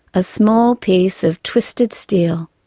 a small piece of twisted steel,